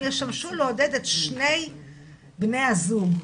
הם ישמשו לעודד את שני בני הזוג.